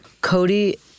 Cody